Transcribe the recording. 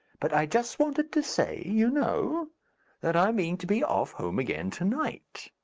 but i just wanted to say, you know that i mean to be off home again to-night.